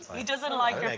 he doesn't like your like